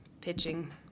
pitching